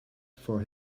for